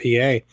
pa